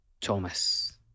thomas